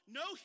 no